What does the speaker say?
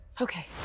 Okay